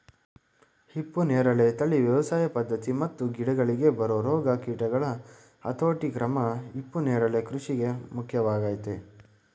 ಹಿಪ್ಪುನೇರಳೆ ತಳಿ ವ್ಯವಸಾಯ ಪದ್ಧತಿ ಮತ್ತು ಗಿಡಗಳಿಗೆ ಬರೊ ರೋಗ ಕೀಟಗಳ ಹತೋಟಿಕ್ರಮ ಹಿಪ್ಪುನರಳೆ ಕೃಷಿಗೆ ಮುಖ್ಯವಾಗಯ್ತೆ